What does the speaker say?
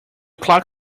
clock